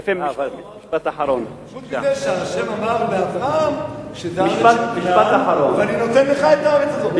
חוץ מזה שה' קרא לאברהם ואמר לו: אני נותן לך את הארץ הזאת.